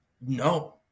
No